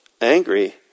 angry